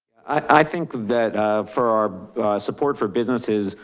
i think that for our support for businesses,